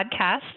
podcast